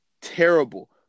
terrible